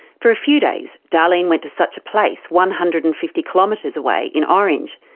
for a few days darlene went to such a place, one hundred and fifty kilometres away in orange.